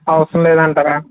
అవసరం లేదంటారా